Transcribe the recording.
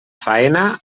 faena